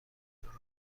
درست